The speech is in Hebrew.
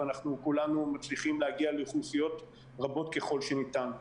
וכולנו מצליחים להגיע לאוכלוסיות רבות ככל הניתן.